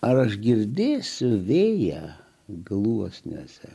ar aš girdėsiu vėją gluosniuose